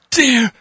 dear